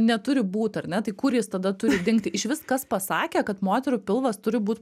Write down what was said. neturi būt ar ne tai kur jis tada turi dingti iš viskas pasakė kad moterų pilvas turi būt